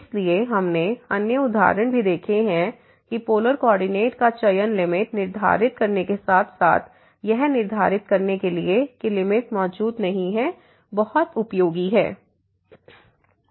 इसलिए हमने अन्य उदाहरण भी देखे हैं कि पोलर कोऑर्डिनेट का चयन लिमिट निर्धारित करने के साथ साथ यह निर्धारित करने के लिए कि लिमिट मौजूद नहीं है बहुत उपयोगी है